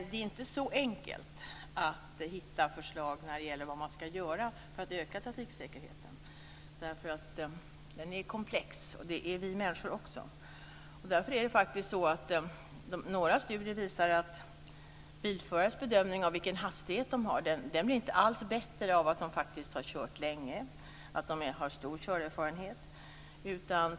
Det är inte så enkelt att hitta förslag till vad man ska göra för att öka trafiksäkerheten. Den är komplex, och även vi människor är komplexa. Några studier visar faktiskt att bilförares bedömning av med vilken hastighet de kör inte alls blir bättre av att de har kört länge och har stor körerfarenhet.